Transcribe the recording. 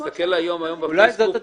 תסתכל היום, היום כל מי -- אולי זאת הדרך.